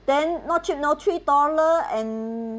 then not cheap you know three dollar and